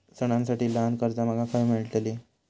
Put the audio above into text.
सणांसाठी ल्हान कर्जा माका खय मेळतली?